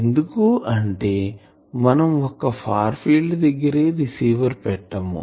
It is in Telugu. ఎందుకు అంటే మనం ఒక్క ఫార్ ఫీల్డ్ దగ్గరే రిసీవర్ పెట్టాము